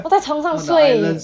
我在船上睡